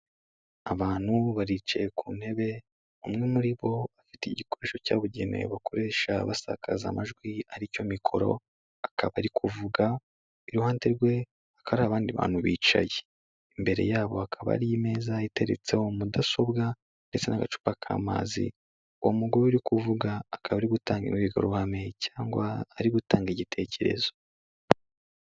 Abantu baricaye ku ntebe, umwe muri bo afite igikoresho cyabugenewe bakoresha basakaza amajwi aricyo mikoro akaba ari kuvuga iruhande rwe haka hari abandi bantu bicaye. Imbere yabo akaba ari meza iteretseho mudasobwa ndetse n'agacupa k'amazi uwo mugore uri kuvuga akaba ari gutanga uruhigo ruhame cyangwa ari gutanga igitekerezo.